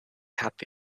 happy